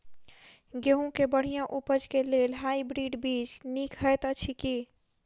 गेंहूँ केँ बढ़िया उपज केँ लेल हाइब्रिड बीज नीक हएत अछि की?